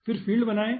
फिर फील्ड बनाएं